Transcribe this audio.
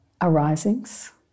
arisings